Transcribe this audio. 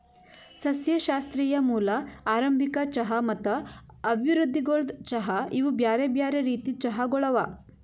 ಸಸ್ಯಶಾಸ್ತ್ರೀಯ ಮೂಲ, ಆರಂಭಿಕ ಚಹಾ ಮತ್ತ ಅಭಿವೃದ್ಧಿಗೊಳ್ದ ಚಹಾ ಇವು ಬ್ಯಾರೆ ಬ್ಯಾರೆ ರೀತಿದ್ ಚಹಾಗೊಳ್ ಅವಾ